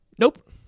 Nope